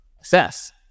assess